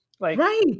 Right